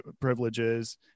privileges